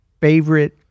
favorite